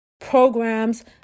programs